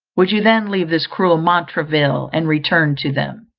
would you then leave this cruel montraville, and return to them?